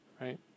right